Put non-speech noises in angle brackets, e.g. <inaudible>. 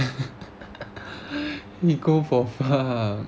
<laughs> he go for fuck